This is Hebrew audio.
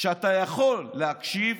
שאתה יכול להקשיב.